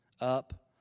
up